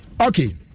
Okay